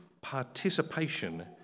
participation